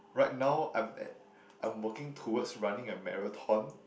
right now I'm at I'm working towards running a marathon